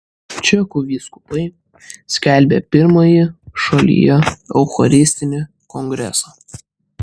čekų vyskupai skelbia pirmąjį šalyje eucharistinį kongresą